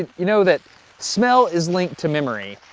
and you know that smell is linked to memory.